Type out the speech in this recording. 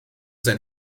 sein